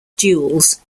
duels